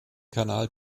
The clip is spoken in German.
kanal